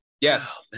Yes